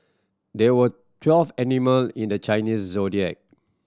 there were twelve animal in the Chinese Zodiac